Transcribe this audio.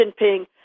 Jinping